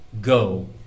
go